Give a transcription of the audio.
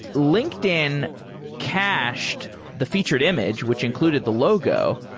linkedin cached the featured image, which included the logo.